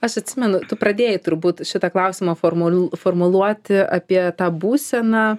as atsimenu tu pradėjai turbūt šitą klausimą formuolių formuluoti apie tą būseną